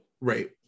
Right